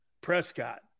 Prescott